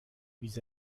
vis